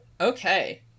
Okay